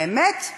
האמת,